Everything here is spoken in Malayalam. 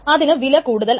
അതിനു വില കൂടുതലാണ്